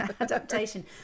adaptation